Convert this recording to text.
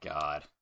God